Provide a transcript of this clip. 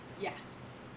Yes